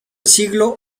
siglo